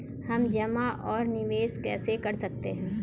हम जमा और निवेश कैसे कर सकते हैं?